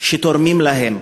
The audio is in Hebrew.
שתורמות להם,